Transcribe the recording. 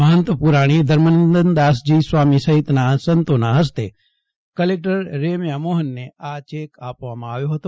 મહંત પુરાણી ધર્મનંદનદાસજી સ્વામી સહિતના સંતોના હસ્તે કલેક્ટર રેમ્યા મોહનને આ ચેક આપવામાં આવ્યો હતો